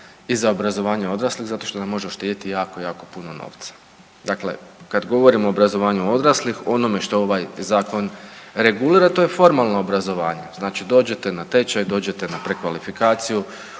i za obrazovanje odraslih? Zato što nam može uštedjeti jako, jako puno novca. Dakle, kad govorimo o obrazovanju odraslih onome što ovaj zakon regulira to je formalno obrazovanje. Znači dođete na tečaj, dođete na prekvalifikaciju